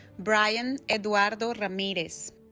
bryan eduardo ramirez